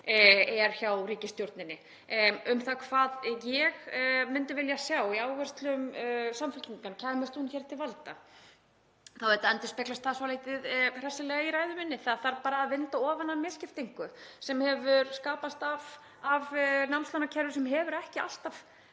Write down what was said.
er hjá ríkisstjórninni. En hvað myndi ég vilja sjá í áherslum Samfylkingarinnar kæmist hún til valda? Það endurspeglast svolítið hressilega í ræðu minni. Það þarf bara að vinda ofan af misskiptingu sem hefur skapast af námslánakerfi sem hefur ekki alltaf